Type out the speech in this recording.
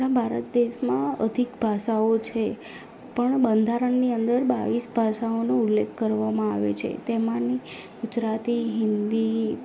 આપણાં ભારત દેશમાં અધિક ભાષાઓ છે પણ બંધારણની અંદર બાવીસ ભાષાઓનો ઉલ્લેખ કરવામાં આવ્યો છે તેમાંની ગુજરાતી હિન્દી